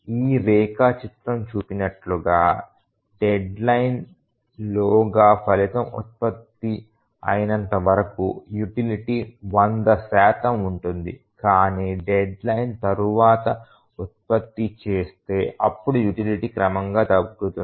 ఈ రేఖా చిత్రం చూపినట్లుగా డెడ్ లైన్ లోగా ఫలితం ఉత్పత్తి అయినంత వరకు యుటిలిటీ 100 శాతం ఉంటుంది కానీ డెడ్ లైన్ తర్వాత ఉత్పత్తి చేస్తే అప్పుడు యుటిలిటీ క్రమంగా తగ్గుతుంది